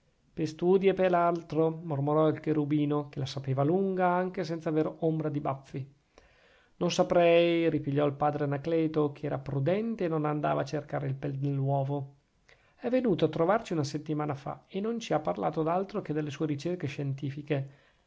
per studi e per altro mormorò il cherubino che la sapeva lunga anche senza aver ombra di baffi non saprei ripigliò il padre anacleto che era prudente e non andava a cercare il pel nell'uovo è venuto a trovarci una settimana fa e non ci ha parlato d'altro che delle sue ricerche scientifiche